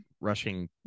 rushing